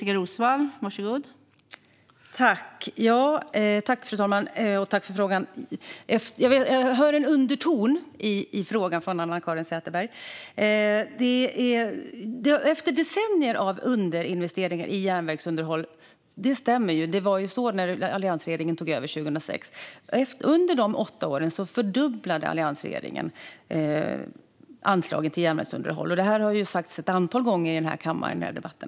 Fru talman! Jag tackar för frågan. Jag hör en underton i frågan från Anna-Caren Sätherberg. Efter decennier av underinvesteringar i järnvägsunderhållet tog alliansregeringen över 2006 - det stämmer. Under alliansregeringens åtta år fördubblade man anslagen till järnvägsunderhåll. Detta har sagts ett antal gånger i kammaren i dessa debatter.